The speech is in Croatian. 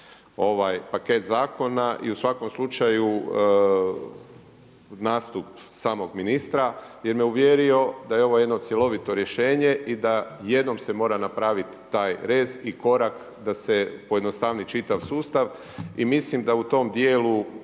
ovaj paket zakona i u svakom slučaju nastup samog ministra jer me uvjerio da je ovo jedno cjelovito rješenje i da jednom se mora napraviti taj rez i korak da se pojednostavni čitav sustav. I mislim da u tom djelu